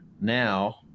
now